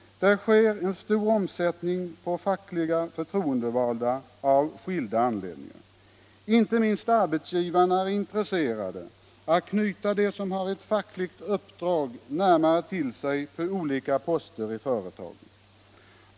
Det sker en stor omsättning på fackligt förtroendevalda av skilda anledningar. Inte minst arbetsgivarna är intresserade att knyta dem som har ett fackligt uppdrag närmare till sig på olika poster i företaget.